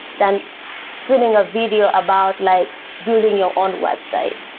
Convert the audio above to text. then streaming a video about like building your own website.